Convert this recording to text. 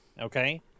Okay